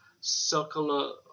circular